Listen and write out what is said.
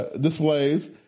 displays